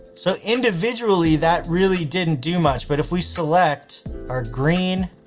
so individually that really didn't do much, but if we select our green,